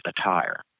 attire